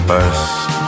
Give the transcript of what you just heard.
First